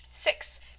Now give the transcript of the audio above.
six